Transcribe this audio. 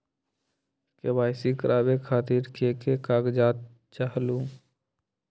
KYC करवे खातीर के के कागजात चाहलु?